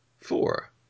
four